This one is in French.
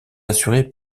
assurés